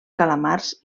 calamars